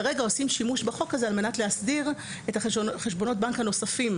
כרגע עושים שימוש בחוק הזה על מנת להסדיר את חשבונות הבנק הנוספים,